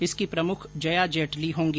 इसकी प्रमुख जया जेटली होंगी